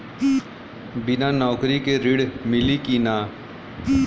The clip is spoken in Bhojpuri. बिना नौकरी के ऋण मिली कि ना?